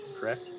correct